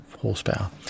horsepower